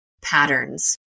patterns